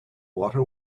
water